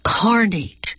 carnate